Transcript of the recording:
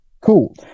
cool